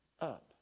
up